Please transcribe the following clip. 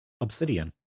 Obsidian